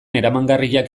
eramangarriak